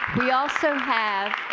we also